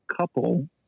couple